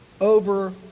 over